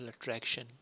attraction